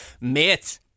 mate